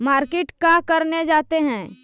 Market का करने जाते हैं?